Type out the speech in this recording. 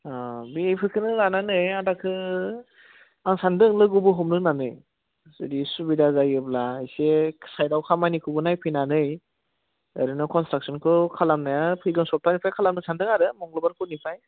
अ बेफोरखोनो लानानै आदाखो आं सान्दों लोगोबो हमनो होननानै जुदि सुबिदा जायोब्ला इसे साइडआव खामानिखौबो नायफैनानै ओरैनो कनस्ट्राकसनखौ खालामनाया फैगौ सप्तानिफ्राय खालामनो सान्दों आरो मंगलबारफोरनिफ्राय